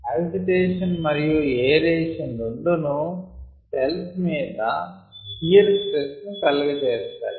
agitation మరియు aeration రెండునూ cells మీద షియర్ స్ట్రెస్ ను కలుగ చేస్తాయి